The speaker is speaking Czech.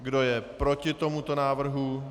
Kdo je proti tomuto návrhu?